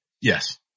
Yes